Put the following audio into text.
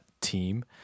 team